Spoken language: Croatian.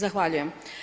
Zahvaljujem.